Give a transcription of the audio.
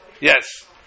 Yes